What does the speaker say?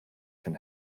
can